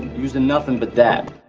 using nothing but that.